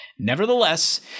Nevertheless